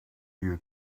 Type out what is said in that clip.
you